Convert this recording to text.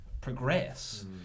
progress